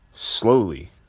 slowly